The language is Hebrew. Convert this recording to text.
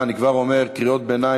אני כבר אומר: קריאות ביניים,